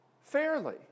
fairly